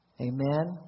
amen